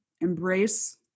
embrace